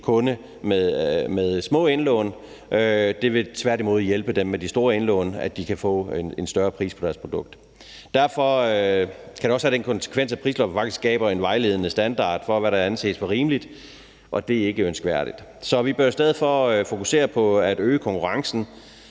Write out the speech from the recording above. kunde med små indlån. Det vil tværtimod hjælpe dem med de store indlån, som kan få en større pris på deres produkt. Derfor kan det også have den konsekvens, at prisloftet faktisk skaber en vejledende standard for, hvad der anses for rimeligt, og det er ikke ønskværdigt. Så vi bør i stedet for fokusere på at øge konkurrencen